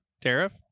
Tariff